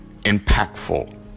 impactful